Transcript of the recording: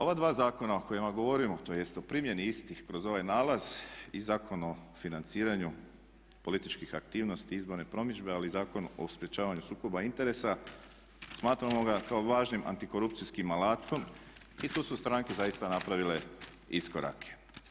Ova dva zakona o kojima govorimo, tj. o primjeni istih kroz ovaj nalaz i Zakon o financiranju političkih aktivnosti i izborne promidžbe, ali i Zakon o sprječavanju sukoba interesa smatramo ga kao važnim antikorupcijskim alatom i tu su stranke zaista napravile iskorake.